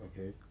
Okay